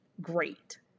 great